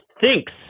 thinks